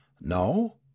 No